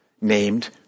named